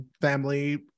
family